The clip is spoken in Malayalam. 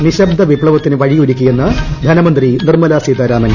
നിശബ്ദ വിപ്തവത്തിന് വഴിയൊരുക്കിയെന്ന് ധനമന്ത്രി നിർമ്മല സീതാരാമൻ